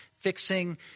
fixing